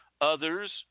Others